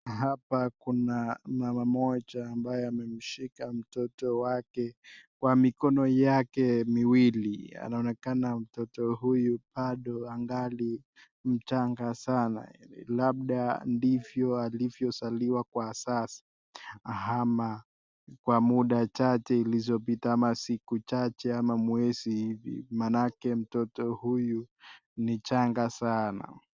Hapa kuna mama mmoja ambaye amemshika mtoto wake kwa mikono yake miwili. Anaonekana mtoto huyu bado angali mchanga sana, labda ndivyo alivyozaliwa kwa sasa, ama kwa muda chache ilizopita, ama siku chache, ama mwezi hivi, maanake mtoto huyu ni changa sana.